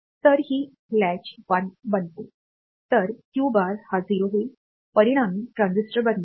तर ती कुंडी 1 बनते तर क्यू बार हा 0 होईल परिणामी ट्रान्झिस्टर बंद होईल